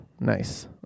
nice